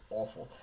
awful